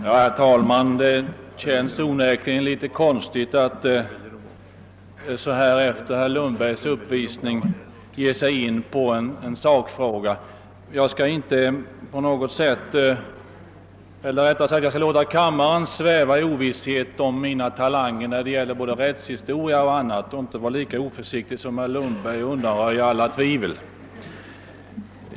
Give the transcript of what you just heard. Herr talman! Det känns onekligen litet konstigt att direkt efter herr Lund bergs uppvisning ge sig in på en sakfråga. Jag skall låta kammaren sväva i ovisshet om mina kunskaper i rättshistoria och inte vara lika oförsiktig som herr Lundberg och undanröja alla tvivel.